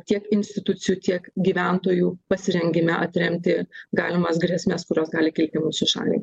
tiek institucijų tiek gyventojų pasirengime atremti galimas grėsmes kurios gali kilti mūsų šaliai